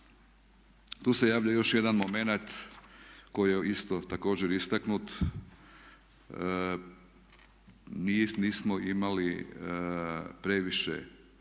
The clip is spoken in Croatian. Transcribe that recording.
Tu se javlja još jedan momenat koji je isto također istaknut. Nismo imali previše